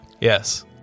Yes